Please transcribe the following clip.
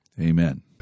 Amen